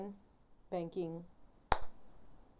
banking